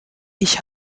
ich